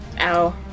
Ow